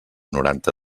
noranta